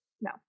No